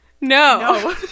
No